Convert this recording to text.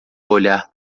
olhar